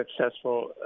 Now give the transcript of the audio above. successful